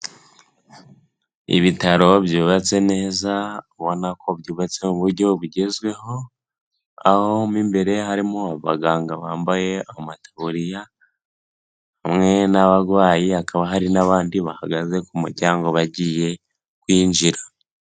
Ibitaro byubatse neza ubona ko byubatse mu mu buryo bugezweho, aho imbere harimo abaganga bambaye amataburiya umwe n'abarwayi hakaba hari n'abandi bahagaze ku muryango bagiye kwinjira.